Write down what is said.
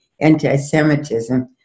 anti-Semitism